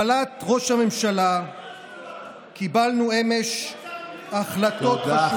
בהובלת ראש הממשלה קיבלנו אמש החלטות חשובות.